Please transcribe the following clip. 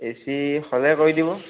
এ C হ'লে কৰি দিব